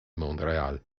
montréal